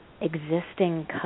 existing